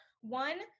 one